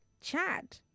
Chad